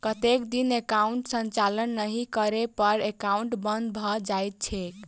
कतेक दिन एकाउंटक संचालन नहि करै पर एकाउन्ट बन्द भऽ जाइत छैक?